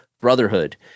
Brotherhood